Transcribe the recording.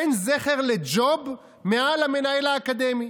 אין זכר לג'וב מעל המנהל האקדמי.